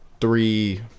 three